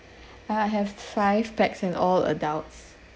I have five pax and all adults